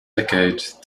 decade